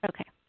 Okay